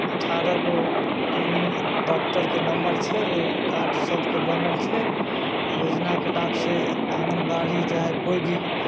अठारह गो क्ली डॉक्टरके नम्बर छै ओहि कार्ड सभके बनल छै योजनाके लाभ से आङ्गनबाड़ी चाहे कोइ भी